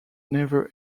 never